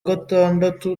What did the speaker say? gatandatu